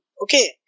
okay